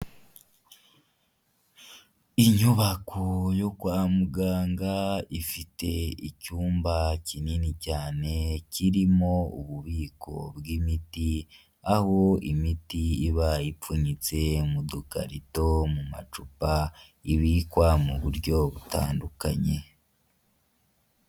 Inyubako yo kwa muganga ifite icyumba kinini cyane kirimo ububiko bw'imiti, aho imiti iba ipfunyitse mu dukarito mu macupa ibikwa mu buryo butandukanye.